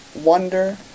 wonder